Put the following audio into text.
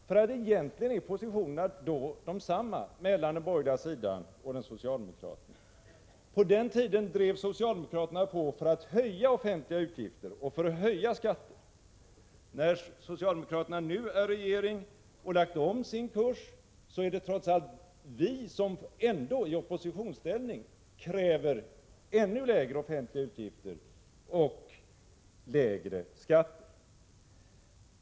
För egentligen är positionerna desamma när det gäller den borgerliga sidan och den socialdemokratiska sidan. På den tiden drev socialdemokraterna på för att höja offentliga utgifter och för att höja skatterna. När socialdemokraterna nu är i regeringsställning och har lagt om sin kurs är det ändå vi som i oppositionsställning kräver ännu lägre offentliga utgifter och lägre skatter.